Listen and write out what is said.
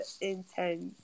intense